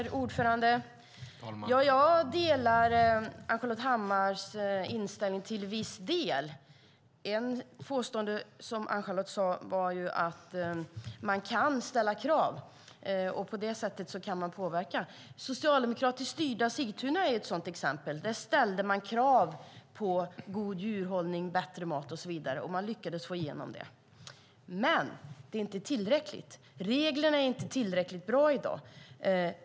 Herr talman! Jag delar Ann-Charlotte Hammar Johnssons inställning till viss del. Ann-Charlotte påstod att man kan ställa krav, och på det sättet kan man påverka. Socialdemokratiskt styrda Sigtuna är ett sådant exempel. Där ställde man krav på god djurhållning, bättre mat och så vidare, och man lyckades få igenom kraven. Men detta är inte tillräckligt. Reglerna är inte tillräckligt bra i dag.